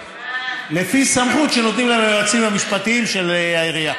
לפי סמכות שנותנים להם היועצים המשפטיים של העירייה.